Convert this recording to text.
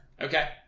Okay